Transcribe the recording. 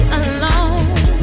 alone